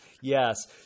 yes